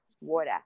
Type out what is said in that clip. water